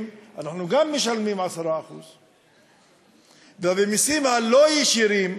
אנחנו גם משלמים 10%. במסים הלא-ישירים,